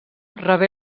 rebé